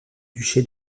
duché